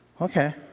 Okay